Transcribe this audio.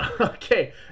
okay